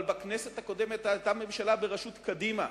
אבל בכנסת הקודמת היתה ממשלה בראשות קדימה,